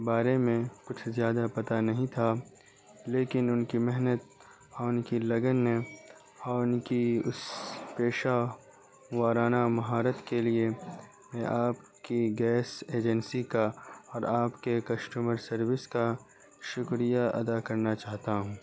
بارے میں کچھ زیادہ پتا نہیں تھا لیکن ان کی محنت اور ان کی لگن نے اور ان کی اس پیشہ ورانہ مہارت کے لیے میں آپ کی گیس ایجنسی کا اور آپ کے کشٹمر سروس کا شکریہ ادا کرنا چاہتا ہوں